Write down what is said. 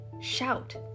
shout